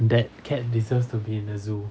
that cat deserves to be in a zoo